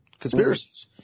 conspiracies